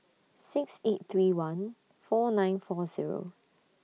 six eight three one four nine four Zero